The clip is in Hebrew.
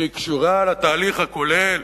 שהיא קשורה לתהליך הכולל,